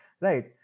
Right